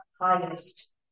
highest